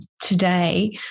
today